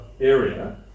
area